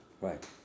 right